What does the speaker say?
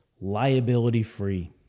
liability-free